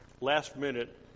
last-minute